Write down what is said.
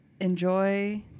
Enjoy